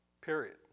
period